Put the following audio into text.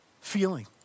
feeling